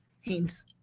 Haynes